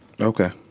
Okay